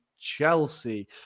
Chelsea